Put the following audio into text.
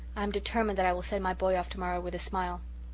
i am determined that i will send my boy off tomorrow with a smile.